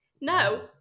no